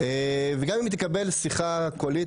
גם אם היא תקבל שיחה קולית,